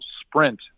sprint